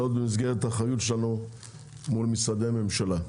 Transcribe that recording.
וזאת במסגרת האחריות שלנו מול משרדי הממשלה.